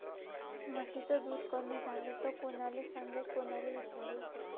म्हशीचं दूध कमी झालं त कोनाले सांगू कोनाले विचारू?